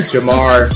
Jamar